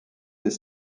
des